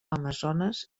amazones